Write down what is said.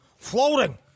Floating